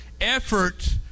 effort